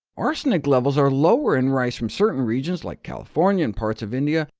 arsenic levels are lower in rice from certain regions like california and parts of india.